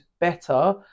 better